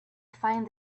find